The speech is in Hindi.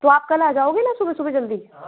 तो आप कल आ जाओगे ना सुबह सुबह जल्दी